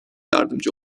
yardımcı